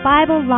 Bible